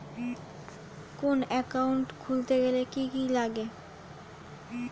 কোন একাউন্ট খুলতে গেলে কি কি লাগে?